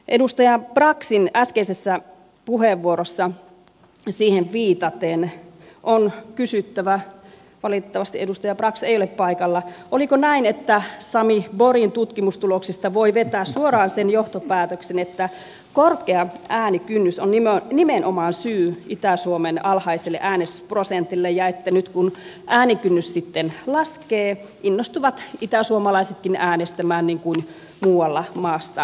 edustaja braxin äskeiseen puheenvuoroon viitaten on kysyttävä valitettavasti edustaja brax ei ole paikalla oliko näin että sami borgin tutkimustuloksista voi vetää suoraan sen johtopäätöksen että nimenomaan korkea äänikynnys on syy itä suomen alhaiselle äänestysprosentille ja että nyt kun äänikynnys sitten laskee innostuvat itäsuomalaisetkin äänestämään niin kuin muualla maassa konsanaan